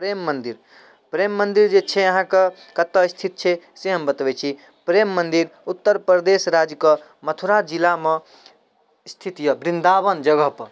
प्रेम मन्दिर प्रेम मन्दिर जे छै अहाँके कतऽ स्थित छै से हम बतबै छी प्रेम मन्दिर उत्तर प्रदेश राज्यके मथुरा जिलामे स्थित यऽ वृन्दावन जगहपर